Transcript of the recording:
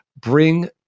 bring